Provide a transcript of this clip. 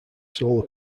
solar